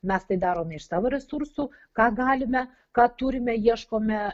mes tai darome iš savo resursų ką galime ką turime ieškome